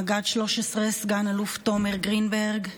מג"ד 13, סגן אלוף תומר גרינברג,